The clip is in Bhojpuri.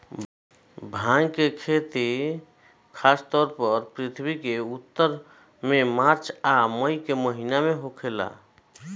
भांग के खेती खासतौर पर पृथ्वी के उत्तर में मार्च आ मई के महीना में होखेला